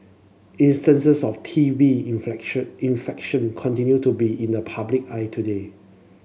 instances of T B infection continue to be in the public eye today